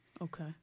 Okay